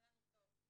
לנו טוב.